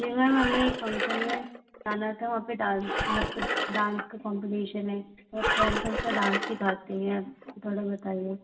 जी ma'am हमें एक function में जाना था वहाँ पर डांस मतलब डांस का कॉम्पटीशन है तो आप कौन कौन सा डांस सिखाती हैं थोड़ा बताइए